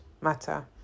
matter